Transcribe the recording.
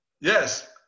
yes